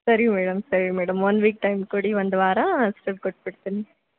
ಸರಿ ಮೇಡಮ್ ಸರಿ madam one week time ಕೊಡಿ ಒಂದು ವಾರ ಅಷ್ಟ್ರಲ್ಲಿ ಕೊಟ್ಬಿಡ್ತೀನಿ